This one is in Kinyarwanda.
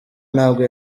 ntabwo